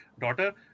daughter